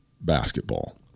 basketball